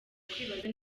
kwibaza